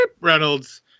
Reynolds